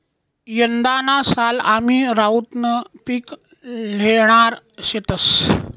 यंदाना साल आमी रताउनं पिक ल्हेणार शेतंस